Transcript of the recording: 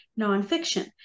nonfiction